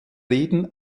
reden